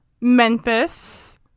Memphis